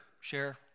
share